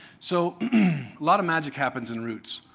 so lot of magic happens in roots.